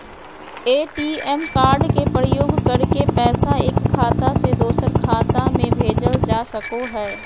ATM card के प्रयोग करके पैसा एक खाता से दोसर खाता में भेजल जा सको हय